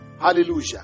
Hallelujah